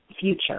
future